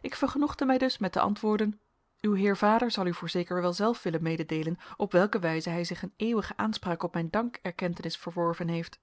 ik vergenoegde mij dus met te antwoorden uw heer vader zal u voorzeker wel zelf willen mededeelen op welke wijze hij zich een eeuwige aanspraak op mijn dankerkentenis verworven heeft